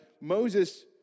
Moses